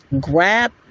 grab